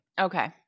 Okay